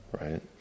Right